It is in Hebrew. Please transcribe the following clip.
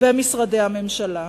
במשרדי הממשלה.